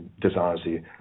dishonesty